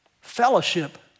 Fellowship